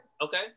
Okay